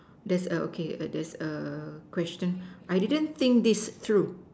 that's a okay that's a question I didn't think this true